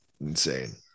Insane